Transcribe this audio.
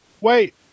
wait